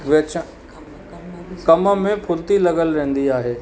वेछ कम में फ़ुर्ती लॻियलु रहंदी आहे